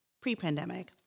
pre-pandemic